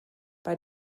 bei